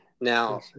now